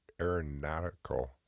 aeronautical